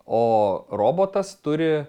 o robotas turi